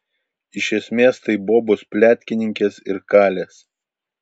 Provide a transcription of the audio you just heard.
iš esmės tai bobos pletkininkės ir kalės